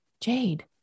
Jade